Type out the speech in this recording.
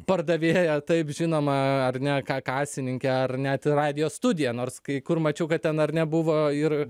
pardavėją taip žinoma ar ne ka kasininkę ar net radijo studiją nors kai kur mačiau kad ten ar ne buvo ir